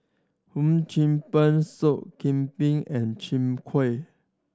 Hum Chim Peng Soup Kambing and Chwee Kueh